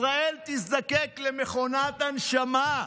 ישראל תזדקק למכונת הנשמה.